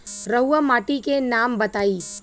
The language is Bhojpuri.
रहुआ माटी के नाम बताई?